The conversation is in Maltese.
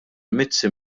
mizzi